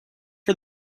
for